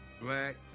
black